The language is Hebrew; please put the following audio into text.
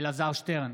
אלעזר שטרן,